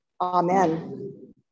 Amen